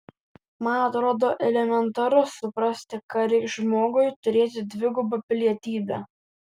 man atrodo elementaru suprasti ką reikš žmogui turėti dvigubą pilietybę